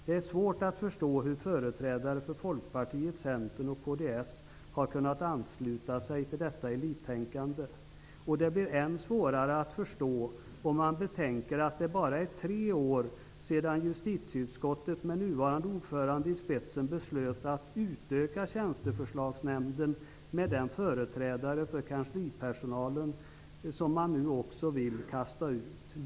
Det är svårt att förstå att företrädare för Folkpartiet, Centern och kds har kunnat ansluta sig till detta elittänkande, och det blir än svårare att förstå om man betänker att det bara är tre år sedan justitieutskottet med nuvarande ordförande i spetsen beslöt att utöka Tjänsteförslagsnämnden med den företrädare för kanslipersonalen som man nu vill kasta ut.